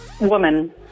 Woman